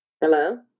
Hello